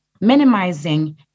minimizing